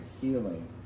healing